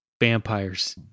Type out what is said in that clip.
Vampires